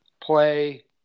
play